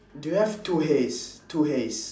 do you have two hays two hays